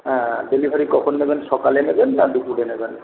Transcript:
হ্যাঁ ডেলিভারি কখন নেবেন সকালে নেবেন না দুপুরে নেবেন